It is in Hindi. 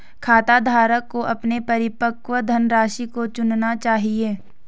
खाताधारक को अपने परिपक्व धनराशि को चुनना चाहिए